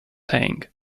tang